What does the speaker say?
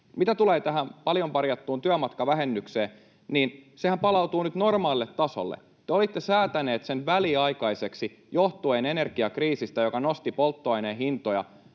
Mitä tulee tähän paljon parjattuun työmatkavähennykseen, niin sehän palautuu nyt normaalille tasolle. Te olitte säätäneet sen väliaikaiseksi johtuen energiakriisistä, joka nosti polttoaineen hintoja